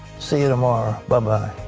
see you tomorrow. bye-bye.